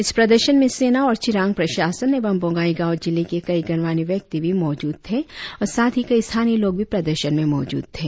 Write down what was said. इस प्रदर्शन में सेना और चिरांग प्रशासन एवं बोंगाईगांव जिले के कई गणमान्य व्यक्ति भी मौजूद थे साथ ही कई स्थानीय लोग भी प्रदर्शन में मौजूद थे